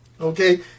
Okay